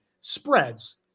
spreads